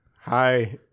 Hi